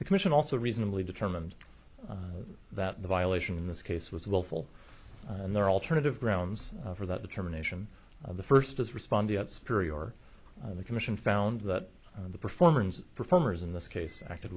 the commission also reasonably determined that the violation in this case was willful and there are alternative grounds for that determination of the first as respondents period or the commission found that the performance performers in this case acted